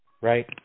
right